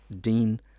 Dean